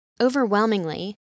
overwhelmingly